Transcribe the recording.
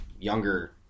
younger